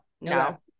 no